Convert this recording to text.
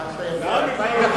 התאפקת יפה.